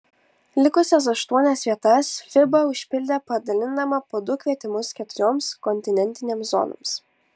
likusias aštuonias vietas fiba užpildė padalindama po du kvietimus keturioms kontinentinėms zonoms